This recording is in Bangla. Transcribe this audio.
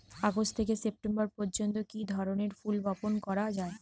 আগস্ট থেকে সেপ্টেম্বর পর্যন্ত কি ধরনের ফুল বপন করা যায়?